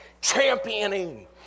championing